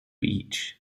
eat